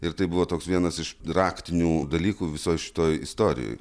ir tai buvo toks vienas iš raktinių dalykų visoj šitoj istorijoj